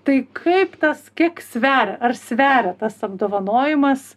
tai kaip tas kiek sveria ar sveria tas apdovanojimas